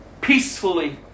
Peacefully